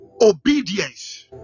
obedience